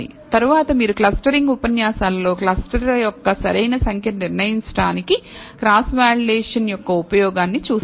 తరువాత మీరు క్లస్టరింగ్ ఉపన్యాసాలలో క్లస్టర్ యొక్క సరైన సంఖ్యను నిర్ణయించడానికి క్రాస్ వాలిడేషన్ యొక్క ఉపయోగం చూస్తారు